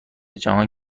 جهان